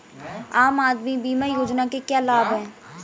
आम आदमी बीमा योजना के क्या लाभ हैं?